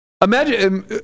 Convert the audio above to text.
imagine